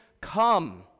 Come